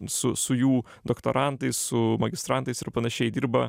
su su jų doktorantais su magistrantais ir panašiai dirba